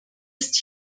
ist